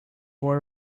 boy